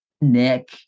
Nick